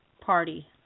party